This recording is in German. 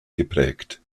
geprägt